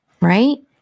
right